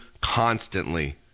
constantly